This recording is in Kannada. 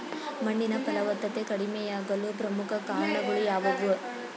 ಮಣ್ಣಿನ ಫಲವತ್ತತೆ ಕಡಿಮೆಯಾಗಲು ಪ್ರಮುಖ ಕಾರಣಗಳು ಯಾವುವು?